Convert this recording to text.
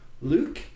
Luke